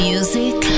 Music